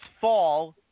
fall